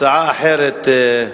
הצעה אחרת,